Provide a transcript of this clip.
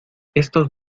estos